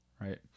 right